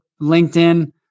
LinkedIn